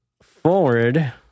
forward